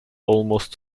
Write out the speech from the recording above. almost